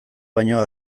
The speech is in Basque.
baino